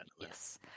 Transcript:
Yes